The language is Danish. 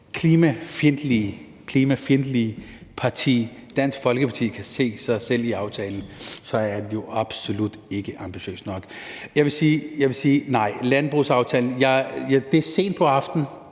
klimafjendtlige parti, Dansk Folkeparti, kan se sig selv i aftalen, så er den jo absolut ikke ambitiøs nok. Jeg vil sige: Nej, det er sent på aftenen,